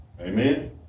Amen